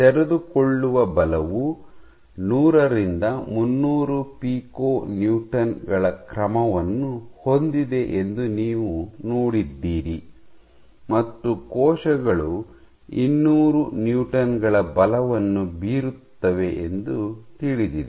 ತೆರೆದುಕೊಳ್ಳುವ ಬಲವು ನೂರರಿಂದ ಮುನ್ನೂರು ಪಿಕೊ ನ್ಯೂಟನ್ ಗಳ ಕ್ರಮವನ್ನು ಹೊಂದಿದೆ ಎಂದು ನೀವು ನೋಡಿದ್ದೀರಿ ಮತ್ತು ಕೋಶಗಳು ಇನ್ನೂರು ಪಿಕೊ ನ್ಯೂಟನ್ ಗಳ ಬಲವನ್ನು ಬೀರುತ್ತವೆ ಎಂದು ತಿಳಿದಿದೆ